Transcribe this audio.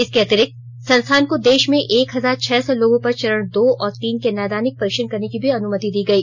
इसके अतिरिक्त संस्थान को देश में एक हजार छह सौ लोगों पर चरण दो और तीन के नैदानिक परीक्षण करने की भी अनुमति दी गई